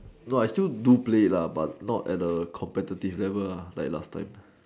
no I still do play it lah but not at a competitive level uh like last time